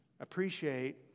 appreciate